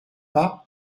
pas